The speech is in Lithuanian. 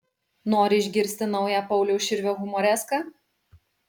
nori išgirsti naują pauliaus širvio humoreską